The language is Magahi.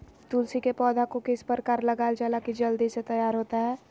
तुलसी के पौधा को किस प्रकार लगालजाला की जल्द से तैयार होता है?